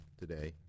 today